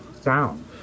sound